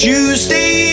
Tuesday